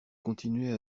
continuait